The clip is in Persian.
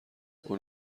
اون